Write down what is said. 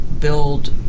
build